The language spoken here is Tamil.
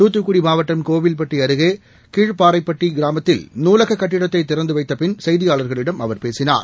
துத்துக்குடிமாவட்டம் கோவில்பட்டிஅருகேகீழப்பாறைப்பட்டிகிராமத்தில் நூலககட்டிடத்தைதிறந்தவைத்தபின் செய்தியாளர்களிடம் அவர் பேசினார்